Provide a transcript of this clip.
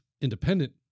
independent